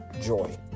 joy